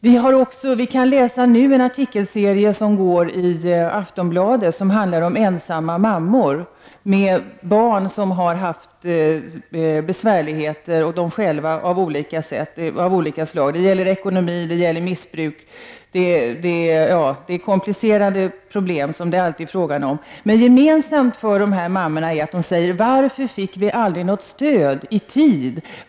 Vi kan nu läsa en artikelserie i Aftonbladet som handlar om ensamma mammor som haft besvärligheter av olika slag, både med sig själva och med barnen. Det gäller bl.a. ekonomi och missbruk. Det är fråga om komplicerade problem. Gemensamt för dessa mammor är att de frågar: Varför fick vi aldrig något stöd i tid?